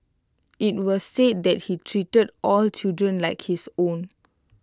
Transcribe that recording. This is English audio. IT was said that he treated all children like his own